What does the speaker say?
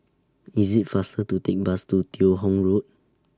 IS IT faster to Take Bus to Teo Hong Road